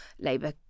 Labour